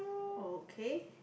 okay